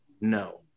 no